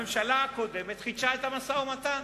הממשלה הקודמת חידשה את המשא-ומתן.